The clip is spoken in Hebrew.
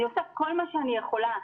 אני עושה כל מה שאני יכולה.